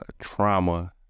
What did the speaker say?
trauma